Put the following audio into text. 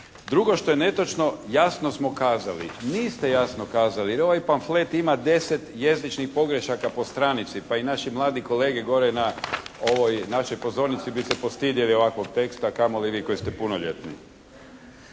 Drugo što je netočno jasno smo kazali. Niste jasno kazali jer ovaj panflet ima 10 jezičnih pogrešaka po stranici pa i naši mladi kolege gore na ovoj našoj pozornici bi se postidjeli ovakvog teksta, a kamoli vi koji ste vi punoljetni.